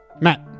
Matt